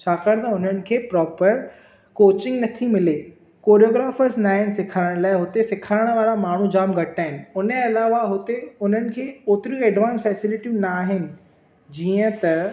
छाकाणि त उन्हनि खे प्रोपर कोचिंग नथी मिले कोरियोग्राफर्स न आहिनि सेखारण लाइ हुते सेखारण वारा माण्हूं जाम घटि आहिनि हुनजे अलावा हुते उन्हनि खे ओतिरियूं एडवांस फ़ैस्लिटियूं न आहिनि जीअं त